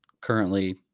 currently